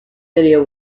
video